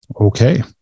Okay